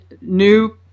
new